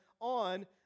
on